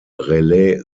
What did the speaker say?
relais